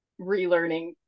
relearning